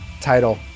title